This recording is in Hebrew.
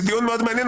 זה דיון מאוד מעניין,